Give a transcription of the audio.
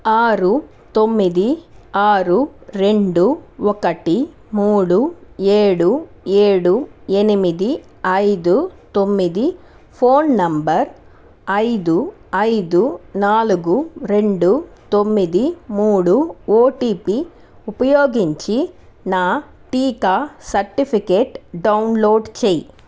ఆరు తొమ్మిది ఆరు రెండు ఒకటి మూడు ఏడు ఏడు ఎనిమిది ఐదు తొమ్మిది ఫోన్ నంబర్ ఐదు ఐదు నాలుగు రెండు తొమ్మిది మూడు ఓటీపీ ఉపయోగించి నా టీకా సర్టిఫికెట్ డౌన్లోడ్ చేయి